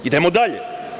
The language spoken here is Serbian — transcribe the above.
Idemo dalje.